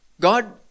God